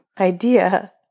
idea